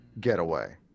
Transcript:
getaway